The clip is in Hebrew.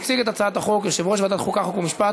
מציג את הצעת החוק יושב-ראש ועדת החוקה, חוק ומשפט